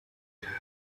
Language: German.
lehnte